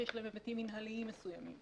שיש להן היבטים מנהליים מסוימים,